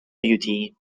beauty